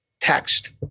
text